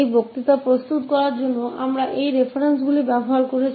इस व्याख्यान को तैयार करने के लिए हमने इन संदर्भों का उपयोग किया है